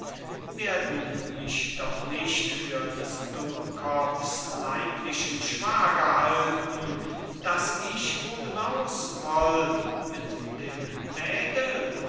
werden mich doch nicht für des dummkopfs leiblichen schwager halten daß ich oben aus woll mit dem mädel